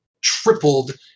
tripled